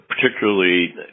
particularly